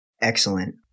Excellent